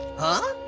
huh?